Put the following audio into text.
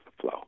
flow